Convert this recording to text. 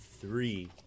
three